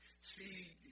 See